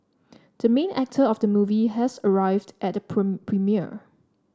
the main actor of the movie has arrived at the premiere